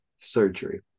surgery